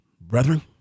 Brethren